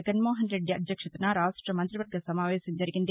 జగన్మోహన్రెద్ది అధ్యక్షతన రాష్ట్ర మంతి వర్గ సమావేశం జరిగింది